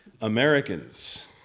Americans